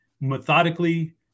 methodically